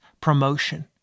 promotion